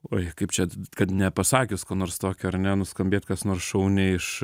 oi kaip čia kad nepasakius ko nors tokio ar ne nuskambėt kas nors šauniai iš